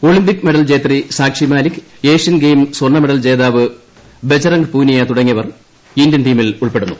Olympic medal ജേത്രീ Sakshi Malik Asian game സ്വർണ്ണമെഡൽ ജേതാവ് ബജ്റംഗ് പൂനിയ തുടങ്ങിയവർ ഇന്ത്യൻ ടീമിൽ ഉൾപ്പെടുന്നു